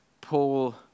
Paul